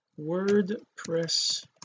wordpress